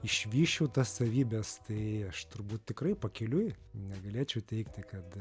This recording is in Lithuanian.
išvysčiau tas savybes tai aš turbūt tikrai pakeliui negalėčiau teigti kad